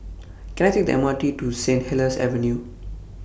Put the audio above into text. Can I Take The M R T to Saint Helier's Avenue